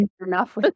enough